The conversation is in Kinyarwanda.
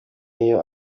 y’iyo